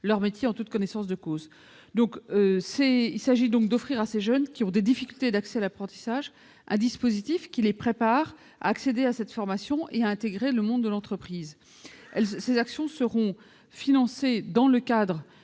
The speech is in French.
leur voie en toute connaissance de cause. Il s'agit donc d'offrir aux jeunes ayant des difficultés d'accès à l'apprentissage un dispositif les préparant à accéder à la formation et à intégrer le monde de l'entreprise. Ces actions seront comprises dans le